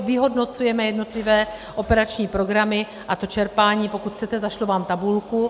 Vyhodnocujeme jednotlivé operační programy a čerpání, pokud chcete, zašlu vám tabulku.